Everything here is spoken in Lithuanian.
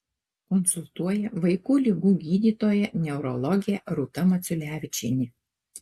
konsultuoja vaikų ligų gydytoja neurologė rūta maciulevičienė